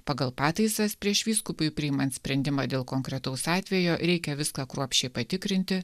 pagal pataisas prieš vyskupui priimant sprendimą dėl konkretaus atvejo reikia viską kruopščiai patikrinti